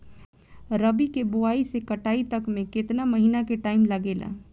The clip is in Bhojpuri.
रबी के बोआइ से कटाई तक मे केतना महिना के टाइम लागेला?